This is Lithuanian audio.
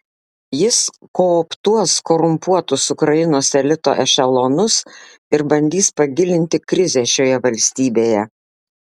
jis kooptuos korumpuotus ukrainos elito ešelonus ir bandys pagilinti krizę šioje valstybėje